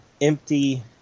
empty